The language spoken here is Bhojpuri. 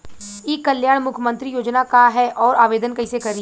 ई कल्याण मुख्यमंत्री योजना का है और आवेदन कईसे करी?